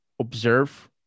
observe